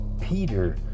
Peter